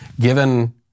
given